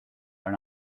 are